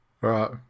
right